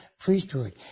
priesthood